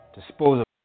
Disposable